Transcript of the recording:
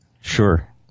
Sure